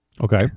Okay